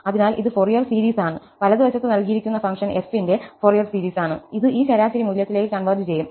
അതിനാൽ ഇത് Fourier series ആണ് വലത് വശത്ത് നൽകിയിരിക്കുന്ന ഫംഗ്ഷൻ f ന്റെ ഫൊറിയർ സീരീസ് ആണ് ഇത് ഈ ശരാശരി മൂല്യത്തിലേക്ക് കൺവെർജ് ചെയ്യും